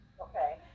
okay